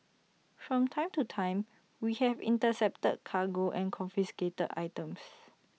from time to time we have intercepted cargo and confiscated items